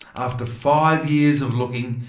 after five years of looking,